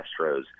Astros